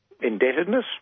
indebtedness